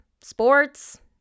sports